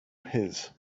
his